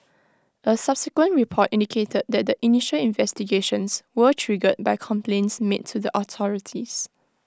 A subsequent report indicated that the initial investigations were triggered by complaints made to the authorities